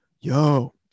yo